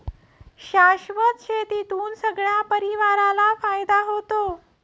शाश्वत शेतीतून सगळ्या परिवाराला फायदा होतो